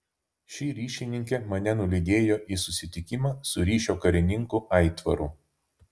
ši ryšininkė mane nulydėjo į susitikimą su ryšio karininku aitvaru